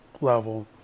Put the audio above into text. level